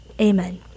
Amen